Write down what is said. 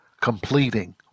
completing